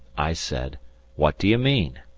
i said what do you mean?